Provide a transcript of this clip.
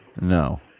No